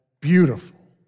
beautiful